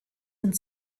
and